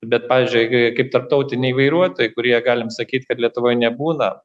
bet pavyzdžiui kai kaip tarptautiniai vairuotojai kurie galim sakyt kad lietuvoj nebūna